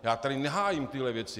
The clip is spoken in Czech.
Já tady nehájím tyhle věci.